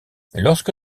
lorsque